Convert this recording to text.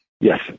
Yes